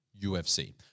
UFC